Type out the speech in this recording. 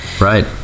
Right